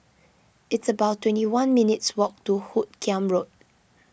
it's about twenty one minutes' walk to Hoot Kiam Road